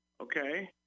okay